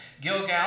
Gilgal